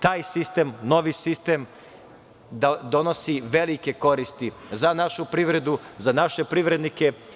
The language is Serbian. Taj sistem, novi sistem, donosi velike koristi za našu privredu, za naše privrednike.